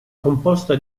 composta